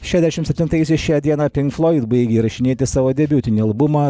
šešiasdešimt septintaisiais šią dieną pinkfloid baigė įrašinėti savo debiutinį albumą